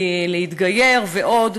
להתגייר ועוד,